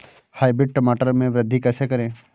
Hybrid टमाटर में वृद्धि कैसे करें?